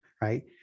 right